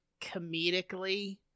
comedically